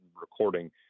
recording